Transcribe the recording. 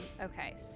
Okay